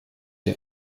der